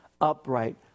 Upright